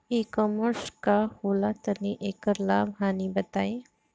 ई कॉमर्स का होला तनि एकर लाभ हानि बताई?